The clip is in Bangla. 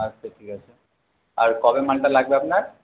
আচ্ছা ঠিক আছে আর কবে মালটা লাগবে আপনার